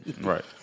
Right